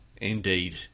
Indeed